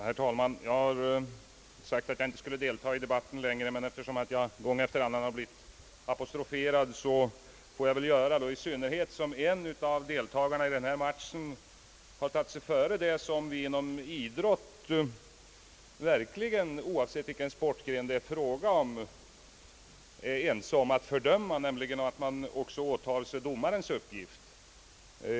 Herr talman! Jag har sagt att jag inte vidare skulle delta i debatten, men eftersom jag gång efter annan blivit apostroferad får jag väl återkomma — i synnerhet som en av »matchdeltagarna» även påtagit sig domarens uppgift, någonting som vi inom idrotten verkligen är ense om att fördöma oavsett vilken sportgren det gäller.